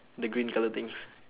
the green colour things